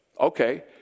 okay